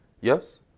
Yes